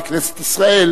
וכנסת ישראל